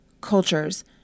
cultures